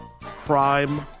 crime